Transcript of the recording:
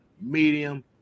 medium